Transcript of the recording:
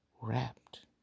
wrapped